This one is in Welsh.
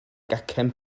gacen